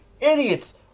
idiots